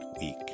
week